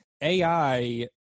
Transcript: AI